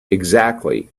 exactly